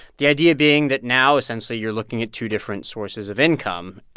the idea being that now, essentially, you're looking at two different sources of income.